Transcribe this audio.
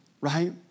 right